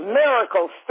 miracles